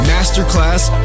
Masterclass